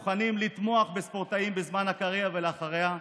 חייבים לתמוך בספורטאים בזמן הקריירה ואחריה,